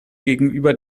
gegenüber